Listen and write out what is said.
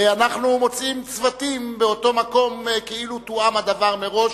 אנחנו מוצאים צוותים באותו מקום כאילו תואם הדבר מראש,